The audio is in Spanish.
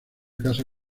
casa